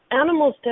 animals